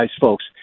folks